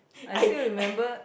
I still remember